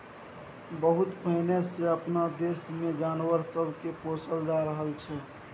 बहुत पहिने सँ अपना देश मे जानवर सब के पोसल जा रहल छै